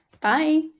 Bye